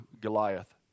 Goliath